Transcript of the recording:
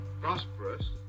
prosperous